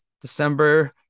December